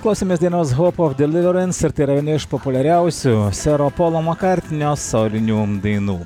klausėmės dainos houp of deliverens ir tai yra viena iš populiariausių sero polo makartnio solinių dainų